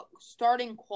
starting